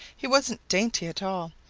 he wasn't dainty at all.